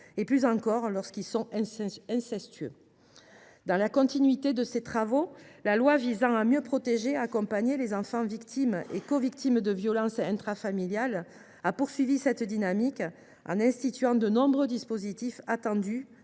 plus encore lorsqu’ils sont incestueux. Dans la continuité de ces travaux, la loi du 18 mars 2024 visant à mieux protéger et accompagner les enfants victimes et covictimes de violences intrafamiliales a entretenu cette dynamique, en instituant de nombreux dispositifs attendus